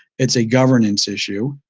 it's a governance issue.